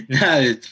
No